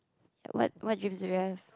ya what what dreams do you have